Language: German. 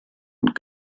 und